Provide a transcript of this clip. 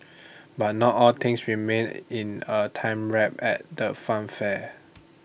but not all things remain in A time wrap at the funfair